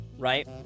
right